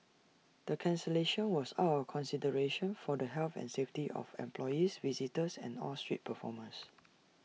the cancellation was out of consideration for the health and safety of employees visitors and all street performers